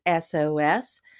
SOS